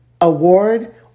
award